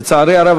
לצערי הרב.